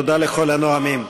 תודה לכל הנואמים.